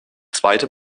zweite